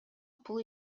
бул